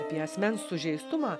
apie asmens sužeistumą